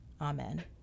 Amen